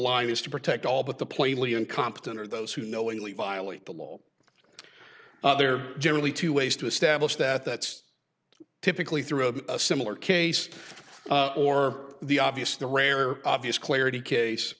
line is to protect all but the plainly incompetent or those who knowingly violate the law there are generally two ways to establish that that's typically through a similar case or the obvious the rare or obvious clarity case